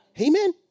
Amen